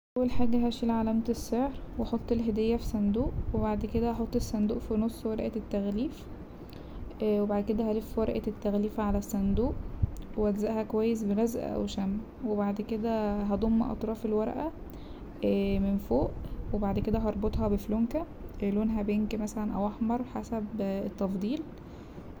اول حاجة هشيل علامة السعر واحط الهدية في صندوق وبعد كده هحط الصندوق في نص ورقة التغليف وبعد كده هلف ورقة التغليف على الصندوق والزقها كويس بلزق او شمع وبعد كده هضم اطراف الورقة من فوق وبعد كده هربطها بفلونكة لونها بينك مثلا أو أحمر حسب التفضيل.